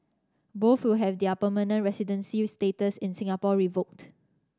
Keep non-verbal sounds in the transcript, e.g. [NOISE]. both will have their permanent residency [UNINTELLIGIBLE] status in Singapore revoked